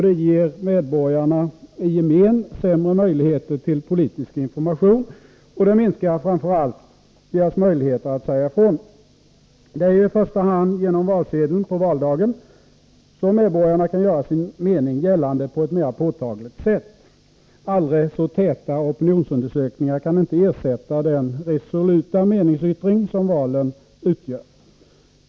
Det ger medborgarna i gemen sämre möjligheter till politisk information, och det minskar framför allt deras möjligheter att säga ifrån. Det är ju i första hand genom röstsedeln på valdagen som medborgarna kan göra sin mening gällande på ett mera påtagligt sätt. Aldrig så täta opinionsundersökningar kan inte ersätta den resoluta meningsyttring som valen utgör.